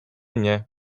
mnie